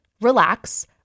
relax